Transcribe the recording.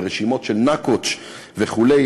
ורשימות של "נאקוץ'" וכו'.